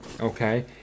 okay